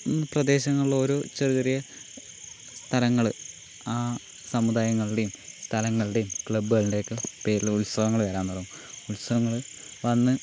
പ്രദേശങ്ങളില് ഓരോ ചെറിയ ചെറിയ സ്ഥലങ്ങള് ആ സമുദായങ്ങളുടേയും സ്ഥലങ്ങളുടേയും ക്ലബ്ബുകളുടെയൊക്കെ പേരില് ഉത്സവങ്ങള് വരാൻ തുടങ്ങും ഉത്സവങ്ങള് വന്ന്